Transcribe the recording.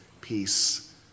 Peace